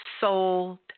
sold